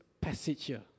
passage